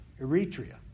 Eritrea